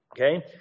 Okay